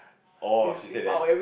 oh she said that